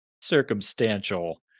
circumstantial